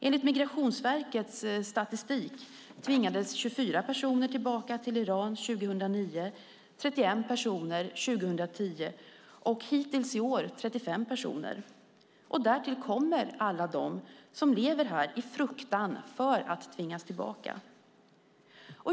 Enligt Migrationsverkets statistik tvingades 24 personer tillbaka till Iran 2009, 31 personer 2010 och hittills i år 35 personer. Därtill kommer alla de som lever här i fruktan för att tvingas tillbaka.